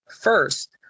First